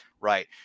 Right